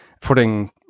putting